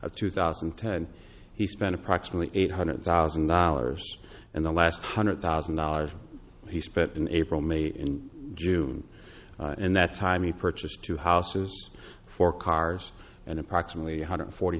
two thousand and ten he spent approximately eight hundred thousand dollars and the last two hundred thousand dollars he spit in april may in june and that time he purchased two houses four cars and approximately one hundred forty